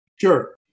Sure